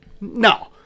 no